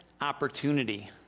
opportunity